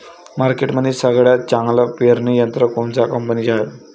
मार्केटमंदी सगळ्यात चांगलं पेरणी यंत्र कोनत्या कंपनीचं हाये?